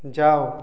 যাও